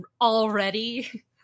already